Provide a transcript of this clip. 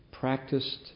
practiced